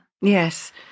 Yes